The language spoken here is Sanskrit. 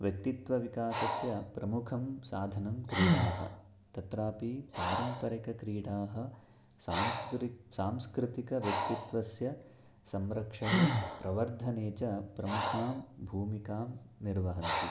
व्यक्तित्वविकासस्य प्रमुखं साधनं क्रीडाः तत्रापि पारम्परिकक्रीडाः सांस्कृ सांस्कृतिकव्यक्तित्वस्य संरक्षणे प्रवर्धने च प्रमुखां भूमिकां निर्वहन्ति